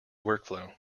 workflow